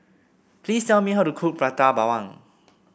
please tell me how to cook Prata Bawang